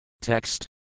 Text